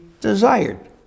desired